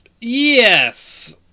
Yes